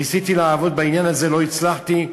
ניסיתי לעבוד בעניין הזה, לא הצלחתי.